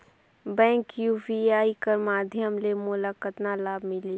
Bank UPI कर माध्यम ले मोला कतना लाभ मिली?